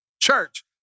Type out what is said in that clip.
church